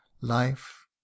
Life